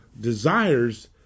desires